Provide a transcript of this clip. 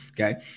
Okay